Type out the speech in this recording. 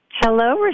Hello